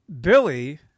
Billy